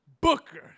Booker